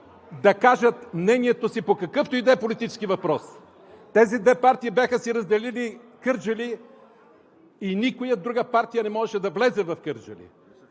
да кажат мнението си по какъвто и да е политически въпрос. Тези две партии бяха си разделили Кърджали и никоя друга партия не можеше да влезе в Кърджали.